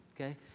okay